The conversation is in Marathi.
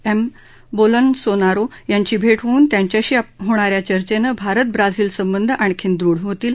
एम बोलसोनारो यांची भेट होऊन त्याच्याशी होणा या चर्चेने भारत ब्राझीन संबंध आणखी दृढ होतील